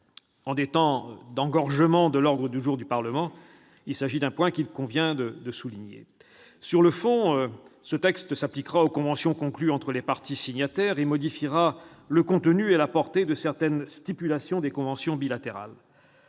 En ces temps d'engorgement de l'ordre du jour du Parlement, il s'agit d'un point qu'il convient de souligner. S'agissant du fond, ce texte s'appliquera aux conventions conclues entre les parties signataires et modifiera le contenu et la portée de certaines stipulations des conventions bilatérales.